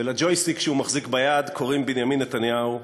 ולג'ויסטיק שהוא מחזיק ביד קוראים בנימין נתניהו,